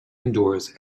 indoors